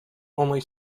only